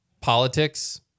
politics